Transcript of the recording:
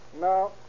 No